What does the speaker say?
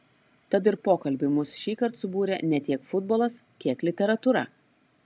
tad ir pokalbiui mus šįkart subūrė ne tiek futbolas kiek literatūra